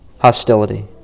hostility